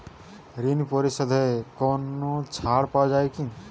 ঋণ পরিশধে কোনো ছাড় পাওয়া যায় কি?